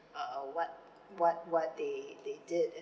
uh what what what they they did